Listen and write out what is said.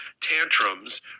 tantrums